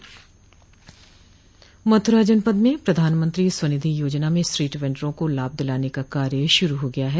मथुरा जनपद में प्रधानमंत्री स्वनिधि योजना में स्ट्रीट वेंडरों को लाभ दिलाने का कार्य शुरू हो गया है